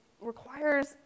requires